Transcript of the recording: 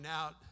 out